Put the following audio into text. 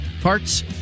Parts